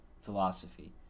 philosophy